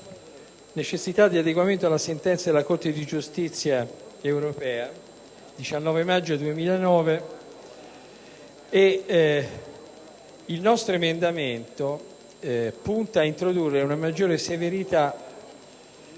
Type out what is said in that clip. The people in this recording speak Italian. necessità di adeguamento alla sentenza della Corte di giustizia europea del 19 maggio 2009. La nostra proposta punta ad introdurre una maggiore severità